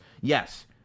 Yes